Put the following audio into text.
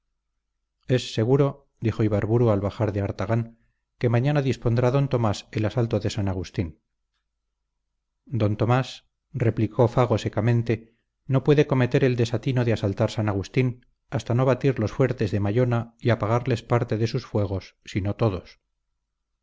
es seguro dijo ibarburu al bajar de artagán que mañana dispondrá d tomás el asalto de san agustín d tomás replicó fago secamente no puede cometer el desatino de asaltar san agustín hasta no batir los fuertes de mallona y apagarles parte de sus fuegos si no todos